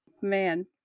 man